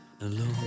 alone